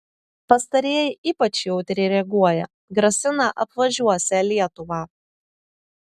pastarieji ypač jautriai reaguoja grasina apvažiuosią lietuvą